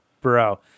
bro